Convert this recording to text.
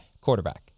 quarterback